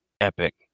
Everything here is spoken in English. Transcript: epic